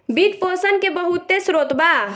वित्त पोषण के बहुते स्रोत बा